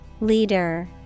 Leader